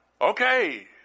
Okay